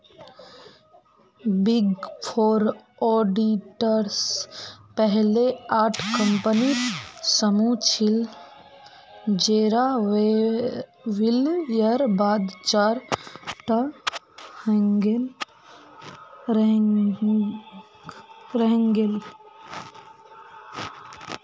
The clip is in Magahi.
बिग फॉर ऑडिटर्स पहले आठ कम्पनीर समूह छिल जेरा विलयर बाद चार टा रहेंग गेल